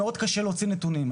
מאוד קשה להוציא נתונים,